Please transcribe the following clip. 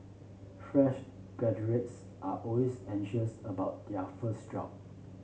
fresh graduates are always anxious about their first job